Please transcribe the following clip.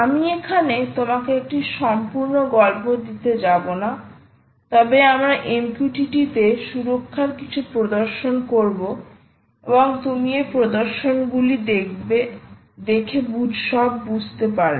আমি এখানে তোমাকে একটি সম্পূর্ণ গল্প দিতে যাবনা তবে আমরা MQTT তে সুরক্ষার কিছু প্রদর্শন করব এবং তুমি এই প্রদর্শন গুলি দেখে সব বুঝতে পারবে